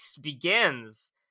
begins